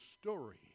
story